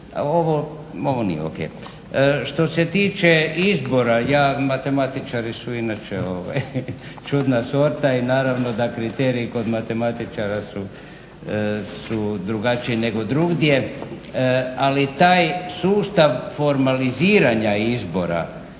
ovo nije o.k. Što se tiče izbora matematičari su inače čudna sorta i naravno da kriteriji kod matematičara su drugačiji nego drugdje. Ali taj sustav formaliziranja izbora